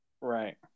Right